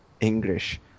English